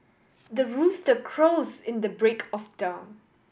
the rooster crows in the break of dawn